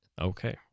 Okay